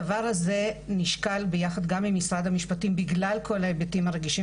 הדבר הזה נשקל ביחד גם עם משרד המשפטים בגלל כל ההיבטים הרגישים